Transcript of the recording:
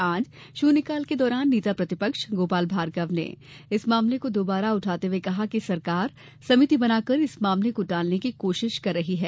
आज शुन्यकाल के दौरान नेता प्रतिपक्ष गोपाल भार्गव ने इस मामले को दोबारा उठाते हुए कहा कि सरकार संमिति बना कर इस मामले को टालने की कोशिश कर रही है